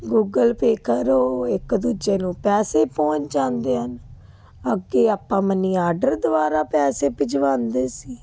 Google Pay ਕਰੋ ਇੱਕ ਦੂਜੇ ਨੂੰ ਪੈਸੇ ਪਹੁੰਚ ਜਾਂਦੇ ਹਨ ਅੱਗੇ ਆਪਾਂ ਮਨੀ ਆਰਡਰ ਦੁਆਰਾ ਪੈਸੇ ਭਿਜਵਾਉਂਦੇ ਸੀ